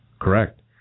Correct